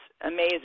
amazing